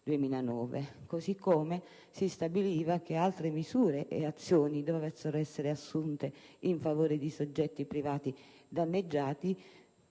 così come stabiliva che altre misure e azioni dovessero essere assunte in favore dei soggetti privati danneggiati